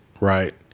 right